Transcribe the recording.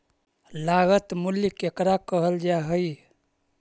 लागत मूल्य केकरा कहल जा हइ?